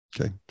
Okay